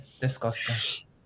Disgusting